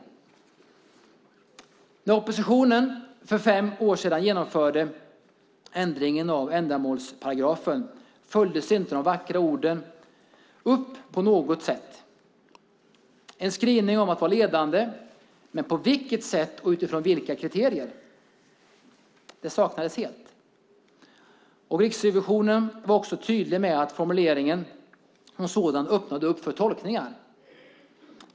När ni i oppositionen för fem år sedan genomförde ändringen av ändamålsparagrafen följdes inte de vackra orden på något sätt upp. En skrivning fanns om att vara ledande, men en skrivning om på vilket sätt och utifrån vilka kriterier saknades helt. Riksrevisionen var tydlig med att formuleringen som sådan öppnade upp för olika tolkningar.